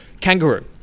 Kangaroo